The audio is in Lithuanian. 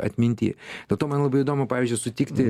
atminty dėl to man labai įdomu pavyzdžiui sutikti